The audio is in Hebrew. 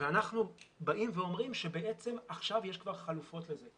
ואנחנו באים ואומרים שבעצם עכשיו יש כבר חלופות לזה.